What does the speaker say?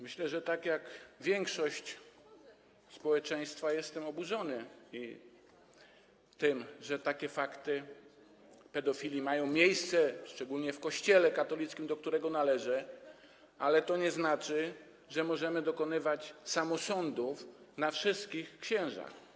Myślę, że tak jak większość społeczeństwa jestem oburzony tym, że takie fakty pedofilii mają miejsce, szczególnie w Kościele katolickim, do którego należę, ale to nie znaczy, że możemy dokonywać samosądów na wszystkich księżach.